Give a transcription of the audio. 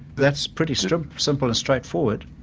that's pretty sort of simple and straightforward.